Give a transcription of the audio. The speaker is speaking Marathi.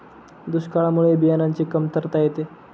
दुष्काळामुळे बियाणांची कमतरता येते